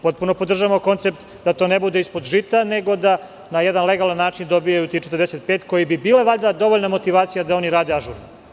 Potpuno podržavamo koncept da to ne bude ispod žita, nego da na jedan legalan način dobiju tih 45, koje bi bila valjda dovoljna motivacija da oni rade ažurno.